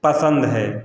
पसंद है